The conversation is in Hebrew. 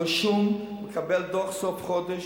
רשום והוא מקבל דוח בסוף כל חודש,